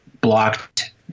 blocked